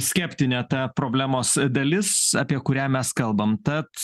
skeptinė ta problemos dalis apie kurią mes kalbam tad